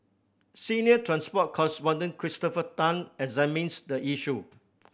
senior transport correspondent Christopher Tan examines the issue